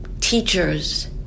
teachers